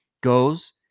goes